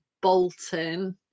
bolton